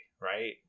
right